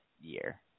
year